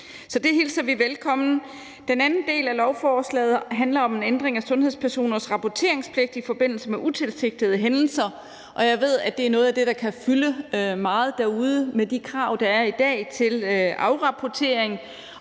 Så det hilser vi velkommen. Den anden del af lovforslaget handler om en ændring af sundhedspersoners rapporteringspligt i forbindelse med utilsigtede hændelser. Jeg ved, at det er noget af det, der kan fylde meget derude, med de krav, der er i dag, til afrapportering.